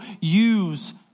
use